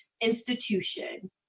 institution